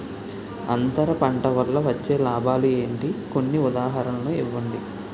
అంతర పంట వల్ల వచ్చే లాభాలు ఏంటి? కొన్ని ఉదాహరణలు ఇవ్వండి?